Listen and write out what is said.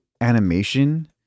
animation